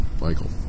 Michael